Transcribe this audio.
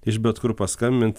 iš bet kur paskambint